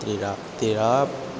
तेरा तेराब्